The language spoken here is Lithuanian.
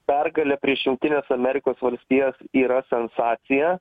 pergalė prieš jungtines amerikos valstijas yra sensacija